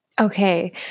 Okay